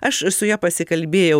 aš su ja pasikalbėjau